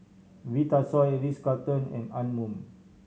Vitasoy Ritz Carlton and Anmum